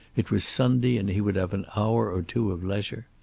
it was sunday, and he would have an hour or two of leisure.